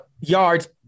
yards